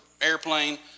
airplane